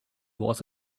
was